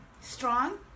strong